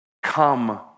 Come